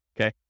Okay